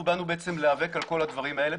אנחנו באנו בעצם להיאבק על כול הדברים האלה,